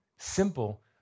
simple